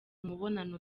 umubano